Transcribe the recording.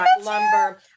lumber